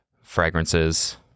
fragrances